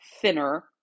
thinner